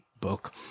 book